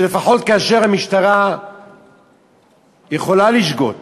שלפחות כאשר המשטרה יכולה לשגות,